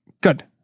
Good